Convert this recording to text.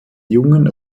jungen